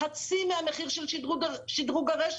חצי מהמחיר של שדרוג הרשת.